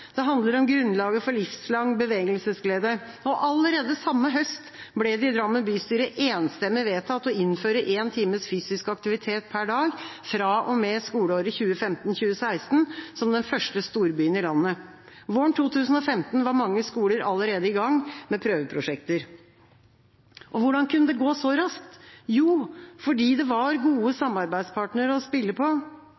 det handler om grunnlaget for livslang bevegelsesglede. Allerede samme høst ble det i Drammen bystyre enstemmig vedtatt å innføre en times fysisk aktivitet per dag fra og med skoleåret 2015–2016 – som den første storbyen i landet. Våren 2015 var mange skoler allerede i gang med prøveprosjekter. Hvordan kunne det gå så raskt? Jo, fordi det var gode